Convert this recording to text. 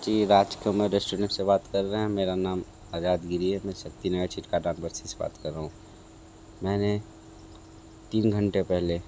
जी Rajkumar restaurant से बात कर रहे हैं मेरा नाम आज़ाद गिरी है मैं सत्यनगर छिटका नागबरसी से बात कर रहा हूँ मैंने तीन घंटे पहले